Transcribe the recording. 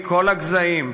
מכל הגזעים,